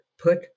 put